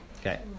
Okay